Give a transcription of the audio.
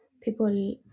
people